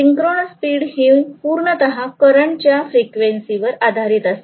synchronous speed ही पूर्णतः current च्या फ्रिक्वेन्सी वर आधारित असते